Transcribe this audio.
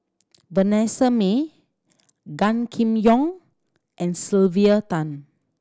Vanessa Mae Gan Kim Yong and Sylvia Tan